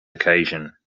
occasion